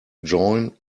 join